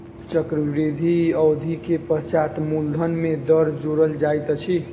चक्रवृद्धि अवधि के पश्चात मूलधन में दर जोड़ल जाइत अछि